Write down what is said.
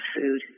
food